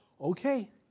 Okay